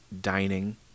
dining